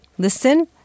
Listen